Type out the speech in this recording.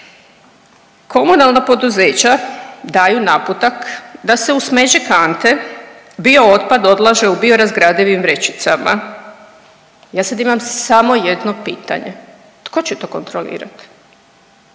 Komunalna poduzeća daju naputak da se u smeće kante bio otpad odlaže u bio razgradivim vrećicama. Ja sad imam samo jedno pitanje, tko će to kontrolirat,